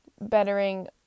bettering